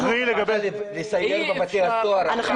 מציע לסייר בבתי הסוהר עם הוועדה הזאת,